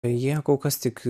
jie kol kas tik